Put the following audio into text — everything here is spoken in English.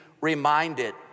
reminded